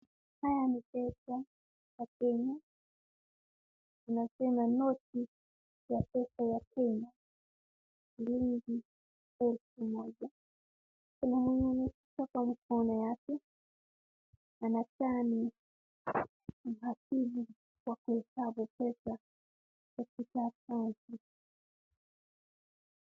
Haya ni pesa ya Kenya, na tena noti ya pesa ya Kenya shilingi elfu moja, kuna mwenye ameshika kwa mkono yake anakaa ni mhasibu wa kuhesabu pesa katika benki.